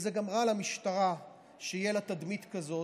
וזה גם רע למשטרה שתהיה לה תדמית כזאת,